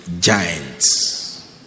giants